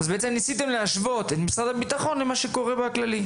בעצם ניסיתם להשוות את משרד הביטחון למה שקורה בכללי.